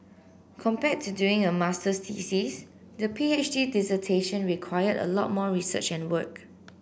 compared to doing a masters thesis the P H D dissertation required a lot more research and work